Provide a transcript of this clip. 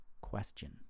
question